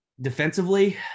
Defensively